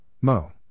Mo